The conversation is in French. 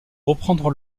reprendre